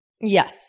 Yes